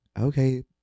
okay